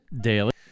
daily